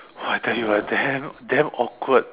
!wah! I tell you ah damn damn awkward